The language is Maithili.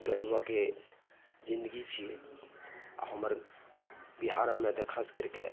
गरीबोके जिन्दगी छियै आ हमर बिहारोमे तऽ खास करिके